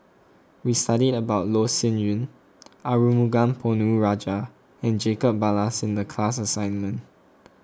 we studied about Loh Sin Yun Arumugam Ponnu Rajah and Jacob Ballas in the class assignment